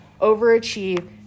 overachieve